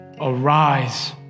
Arise